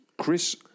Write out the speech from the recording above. Chris